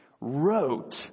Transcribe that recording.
wrote